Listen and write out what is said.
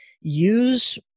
use